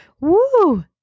Woo